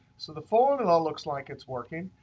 so the formula looks like it's working.